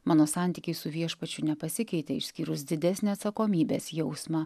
mano santykiai su viešpačiu nepasikeitė išskyrus didesnį atsakomybės jausmą